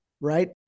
Right